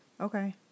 Okay